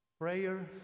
prayer